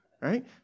right